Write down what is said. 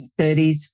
30s